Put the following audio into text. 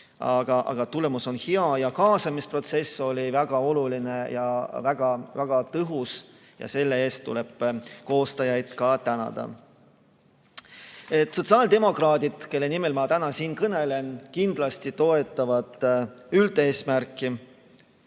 Aga tulemus on hea. Kaasamisprotsess oli väga oluline ja väga-väga tõhus. Selle eest tuleb koostajaid tänada. Sotsiaaldemokraadid, kelle nimel ma täna siin kõnelen, kindlasti toetavad üldeesmärki,